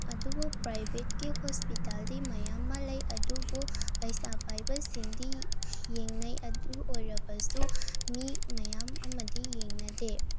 ꯑꯗꯨꯕꯨ ꯄ꯭ꯔꯥꯏꯚꯦꯠꯀꯤ ꯍꯣꯁꯄꯤꯇꯥꯜꯗꯤ ꯃꯌꯥꯝ ꯑꯃ ꯂꯩ ꯑꯗꯨꯕꯨ ꯄꯩꯁꯥ ꯄꯥꯏꯕꯁꯤꯡꯗꯤ ꯌꯦꯡꯅꯩ ꯑꯗꯨ ꯑꯣꯏꯔꯕꯁꯨ ꯃꯤ ꯃꯌꯥꯝ ꯑꯃꯗꯤ ꯌꯦꯡꯅꯗꯦ